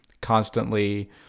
constantly